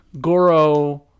Goro